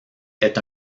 est